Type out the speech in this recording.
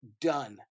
done